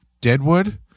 deadwood